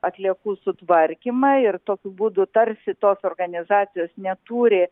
atliekų sutvarkymą ir tokiu būdu tarsi tos organizacijos neturi